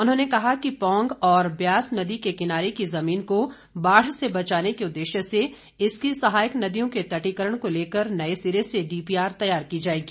उन्होंने कहा पौंग और ब्यास नदी के किनारे की जमीन को बाढ़ से बचाने के उद्देश्य से इसकी सहायक नदियों के तटीकरण को लेकर नए सिरे से डीपीआर तैयार की जाएगी